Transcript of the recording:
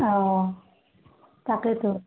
অঁ তাকেতো